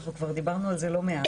אנחנו כבר דיברנו על זה לא מעט,